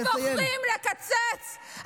אתם בוחרים לקצץ,